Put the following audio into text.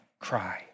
cry